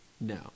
No